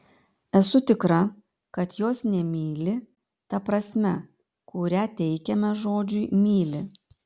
esu tikra kad jos nemyli ta prasme kurią teikiame žodžiui myli